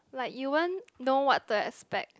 like you won't know what to expect